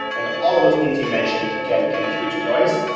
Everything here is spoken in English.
and all of those things you mentioned can contribute to noise.